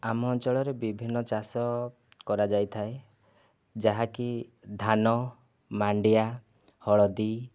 ଆମ ଅଞ୍ଚଳ ରେ ବିଭିନ୍ନ ଚାଷ କରାଯାଇଥାଏ ଯାହା କି ଧାନ ମାଣ୍ଡିଆ ହଳଦୀ